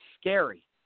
Scary